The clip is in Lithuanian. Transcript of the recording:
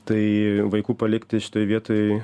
tai vaikų palikti šitoj vietoj